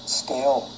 scale